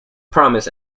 promise